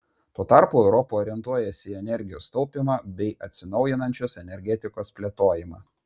tuo tarpu europa orientuojasi į energijos taupymą bei atsinaujinančios energetikos plėtojimą